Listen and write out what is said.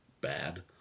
bad